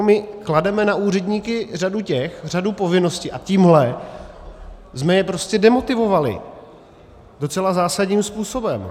My klademe na úředníky řadu povinností a tímhle jsme je prostě demotivovali docela zásadním způsobem.